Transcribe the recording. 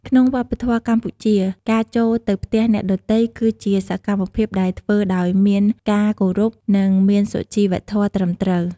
ក្នុងវប្បធម៌កម្ពុជា ការចូលទៅផ្ទះអ្នកដទៃ គឺជាសកម្មភាពដែលធ្វើដោយមានការគោរព និង មានសុជីវធម៌ត្រឹមត្រូវ។